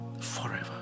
forever